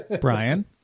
Brian